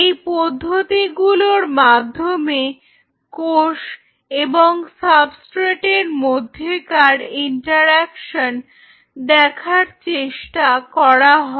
এই পদ্ধতিগুলোর মাধ্যমে কোষ এবং সাবস্ট্রেটের মধ্যেকার ইন্টারঅ্যাকশন দেখার চেষ্টা করা হয়